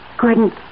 Gordon